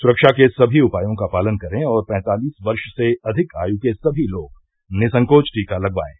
सुरक्षा के सभी उपायों का पालन करें और पैंतालीस वर्ष से अधिक आयु के सभी लोग निःसंकोच टीका लगवाएं